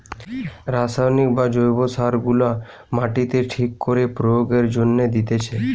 রাসায়নিক বা জৈব সার গুলা মাটিতে ঠিক করে প্রয়োগের জন্যে দিতেছে